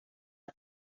att